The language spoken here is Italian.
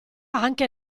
anche